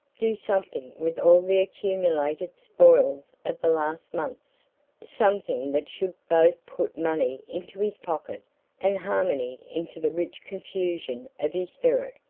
do something with all the accumulated spoils of the last months something that should both put money into his pocket and harmony into the rich confusion of his spirit!